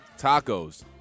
Tacos